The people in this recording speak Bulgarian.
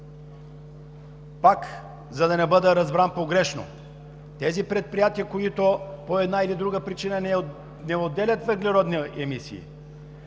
За да не бъда разбран погрешно – тези предприятия, които по една или друга причина не отделят въглеродни емисии,